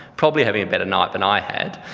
probably having a better night than i had.